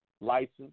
license